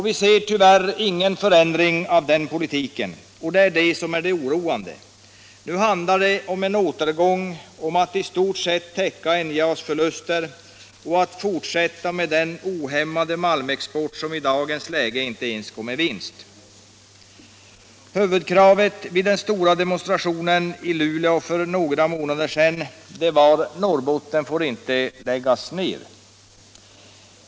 Vi ser tyvärr ingen förändring av den politiken, och det är det som är det oroande. Nu handlar det om en återgång, om att i stort sett täcka NJA:s förluster och att fortsätta med den ohämmade malmexporten som i dagens läge inte ens går med vinst. Huvudkravet vid den stora demonstrationen i Luleå för några månader sedan var: Norrbotten får inte läggas ner.